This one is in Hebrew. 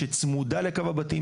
שצמודה לקו הבתים,